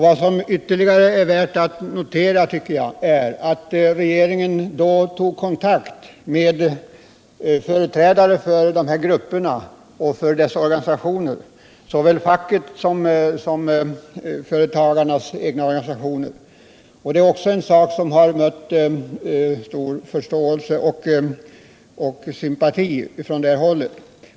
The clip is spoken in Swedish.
Vad som ytterligare är värt att notera är att regeringen då tog kontakt med företrädare för dessa grupper och vederbörande organisationer, såväl de fackliga som företagarnas egna organisationer. Också detta har mött stor förståelse och sympati från det hållet.